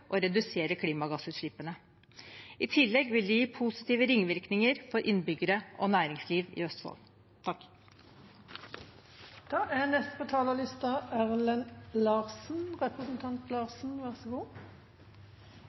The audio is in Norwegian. og det reduserer klimagassutslippene. I tillegg vil det gi positive ringvirkninger for innbyggere og næringsliv i Østfold.